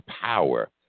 power